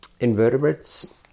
invertebrates